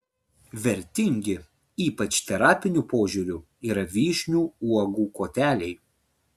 vertingi ypač terapiniu požiūriu yra vyšnių uogų koteliai